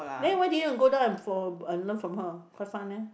then why didn't you go down and for and learn from her quite fun eh